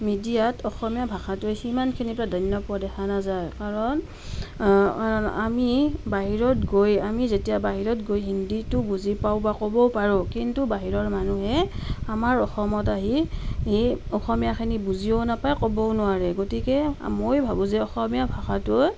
মিডিয়াত অসমীয়া ভাষাটোৱে সিমানখিনি প্ৰাধান্য পোৱা দেখা নাযায় কাৰণ আমি বাহিৰত গৈ আমি যেতিয়া বাহিৰত গৈ হিন্দীটো বুজি পাওঁ বা ক'ব পাৰোঁ কিন্তু বাহিৰৰ মানুহে আমাৰ অসমত আহি অসমীয়াখিনি বুজিও নাপায় ক'বও নোৱাৰে গতিকে মই ভাবোঁ যে অসমীয়া ভাষাটোৱে